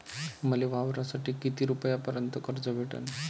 मले वावरासाठी किती रुपयापर्यंत कर्ज भेटन?